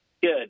Good